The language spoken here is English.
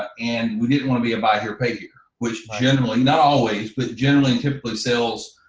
and we didn't want to be a buy here, pay here, which generally not always, but generally, typically sales,